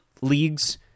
leagues